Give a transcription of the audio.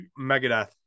Megadeth